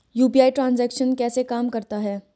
UPI transaction कैसे काम करता है?